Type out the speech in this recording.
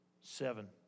seven